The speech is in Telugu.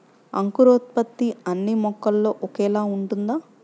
అంకురోత్పత్తి అన్నీ మొక్కల్లో ఒకేలా ఉంటుందా?